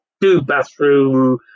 two-bathroom